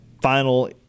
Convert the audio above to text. final